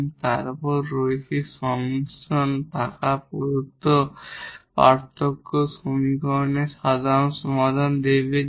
এবং তাদের লিনিয়ার সংমিশ্রণ প্রদত্ত পার্থক্য সমীকরণের সাধারণ সমাধান দেবে